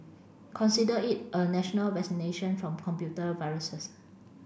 consider it a national vaccination from computer viruses